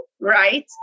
right